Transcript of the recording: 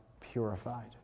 purified